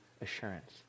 Assurance